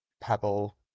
Pebble